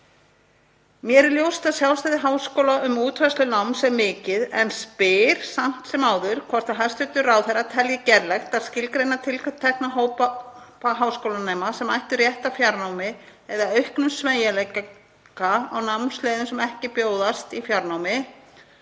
Mér er ljóst að sjálfstæði háskóla um útfærslu náms er mikið en spyr samt sem áður hvort hæstv. ráðherra telji gerlegt að skilgreina tiltekna hópa háskólanema sem ættu rétt á fjarnámi eða auknum sveigjanleika á námsleiðum sem ekki bjóðast í fjarnámi.